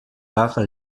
par